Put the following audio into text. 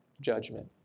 judgment